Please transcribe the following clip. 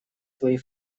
свои